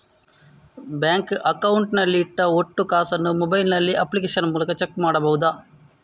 Bank account ನಲ್ಲಿ ಇಟ್ಟ ಒಟ್ಟು ಕಾಸನ್ನು ಮೊಬೈಲ್ ನಲ್ಲಿ ಅಪ್ಲಿಕೇಶನ್ ಮೂಲಕ ಚೆಕ್ ಮಾಡಬಹುದಾ?